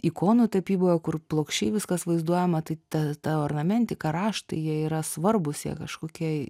ikonų tapyboje kur plokščiai viskas vaizduojama tai ta ta ornamentika raštai jie yra svarbūs jie kažkokie